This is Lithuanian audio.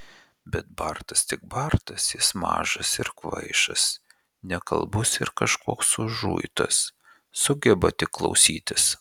bet bartas tik bartas jis mažas ir kvaišas nekalbus ir kažkoks užuitas sugeba tik klausytis